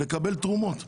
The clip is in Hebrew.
לקבל תרומות.